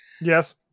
Yes